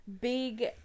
big